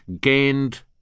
gained